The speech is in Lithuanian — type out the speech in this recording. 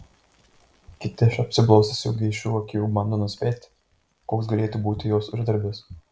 kiti iš apsiblaususių geišų akių bando nuspėti koks galėtų būti jos uždarbis